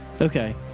Okay